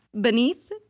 Beneath